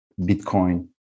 Bitcoin